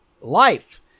life